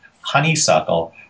honeysuckle